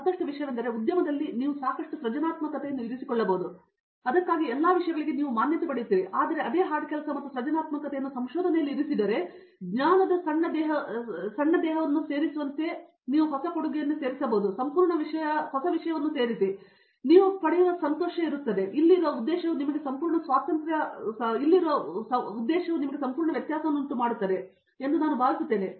ಮತ್ತಷ್ಟು ವಿಷಯವೆಂದರೆ ಉದ್ಯಮದಲ್ಲಿ ನೀವು ಸಾಕಷ್ಟು ಸೃಜನಾತ್ಮಕತೆಯನ್ನು ಇರಿಸಿಕೊಳ್ಳಬಹುದು ಮತ್ತು ಅದಕ್ಕಾಗಿ ಎಲ್ಲ ವಿಷಯಗಳಿಗೆ ನೀವು ಮಾನ್ಯತೆ ಪಡೆಯುತ್ತೀರಿ ಆದರೆ ನಾವು ಅದೇ ಹಾರ್ಡ್ ಕೆಲಸ ಮತ್ತು ಸೃಜನಾತ್ಮಕತೆಯನ್ನು ಸಂಶೋಧನೆಯಲ್ಲಿ ಇರಿಸಿದರೆ ಜ್ಞಾನದ ಸಣ್ಣ ದೇಹವನ್ನು ನೀವು ಸೇರಿಸುವಂತಹ ಸಂಪೂರ್ಣ ವಿಷಯದಲ್ಲಿ ಹೊಸದನ್ನು ಸೇರಿಸಿ ನೀವು ಪಡೆಯುವ ಕಡಿಮೆ ಸಂತೋಷ ಮತ್ತು ನೀವು ಇಲ್ಲಿರುವ ಉದ್ದೇಶವು ನಿಮಗೆ ಸಂಪೂರ್ಣ ವ್ಯತ್ಯಾಸವನ್ನುಂಟು ಮಾಡುತ್ತದೆ ಎಂದು ನಾನು ಭಾವಿಸುತ್ತೇನೆ